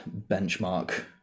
benchmark